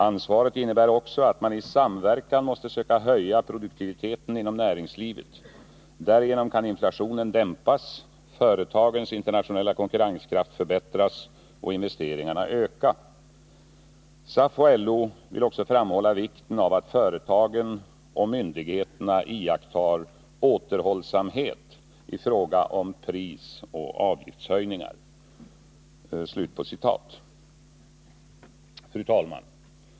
Ansvaret innebär också att man i samverkan måste söka höja produktiviteten inom näringslivet. Därigenom kan inflationen dämpas, företagens internationella konkurrenskraft förbättras och investeringarna öka. SAF och LO vill också framhålla vikten av att företagen och myndigheterna iakttar återhållsamhet i fråga om prisoch avgiftshöjningar.” Fru talman!